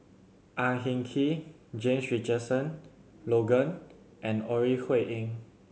Ang Hin Kee James Richardson Logan and Ore Huiying